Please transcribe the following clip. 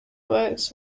works